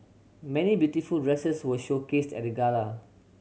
many beautiful dresses were showcased at the gala